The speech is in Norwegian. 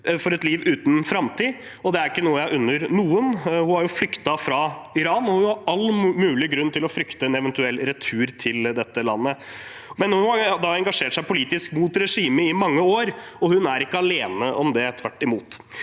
for et liv uten framtid, og det er ikke noe jeg unner noen. Hun har flyktet fra Iran, og hun har all mulig grunn til å frykte en eventuell retur til dette landet. Hun har engasjert seg politisk mot regimet i mange år, og hun er ikke alene om det – tvert imot.